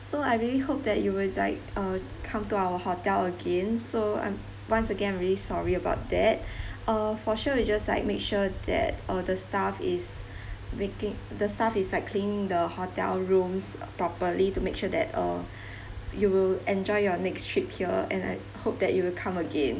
so I really hope that you will like uh come to our hotel again so I'm once again I'm really sorry about that uh for sure we'll just like make sure that uh the staff is making the staff is like cleaning the hotel rooms uh properly to make sure that uh you will enjoy your next trip here and I hope that you will come again